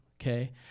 okay